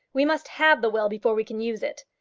we must have the will before we can use it.